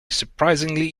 surprisingly